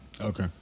Okay